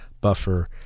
buffer